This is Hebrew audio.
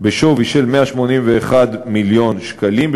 בשווי של 181 מיליון שקלים,